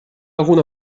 algun